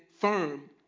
firm